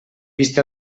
vist